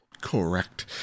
Correct